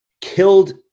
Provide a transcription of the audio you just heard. killed